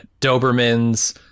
Doberman's